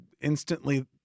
instantly